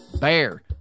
BEAR